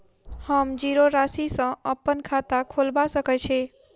हम जीरो राशि सँ अप्पन खाता खोलबा सकै छी?